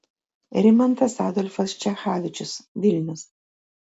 rimantas adolfas čechavičius vilnius